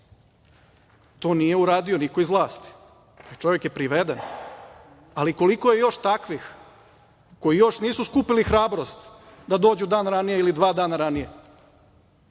To nije uradio niko iz vlasti. Taj čovek je priveden. Ali, koliko je još takvih koji još nisu skupili hrabrost da dođu dan ili dva ranije,